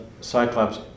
Cyclops